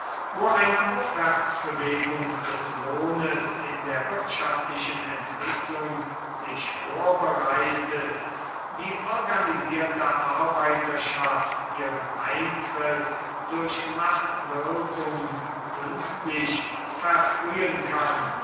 wo eine aufwärtsbewegung des lohnes in der wirtschaftlichen entwicklung sich vorbereitet die organisierte arbeiterschaft ihren eintritt durch machtwirkung künstlich verfrühen kann